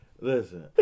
Listen